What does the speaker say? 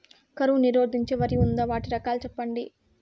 కరువు నిరోధించే వరి ఉందా? వాటి రకాలు చెప్పండి?